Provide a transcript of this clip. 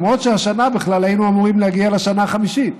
למרות שהשנה בכלל היינו אמורים להגיע לשנה החמישית.